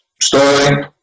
story